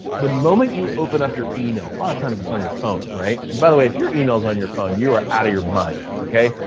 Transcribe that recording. the moment you open up your email, a lot of times it's on your phone, right? and by the way, if your email's on your phone, you are out of your mind, okay?